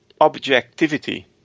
objectivity